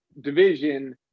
division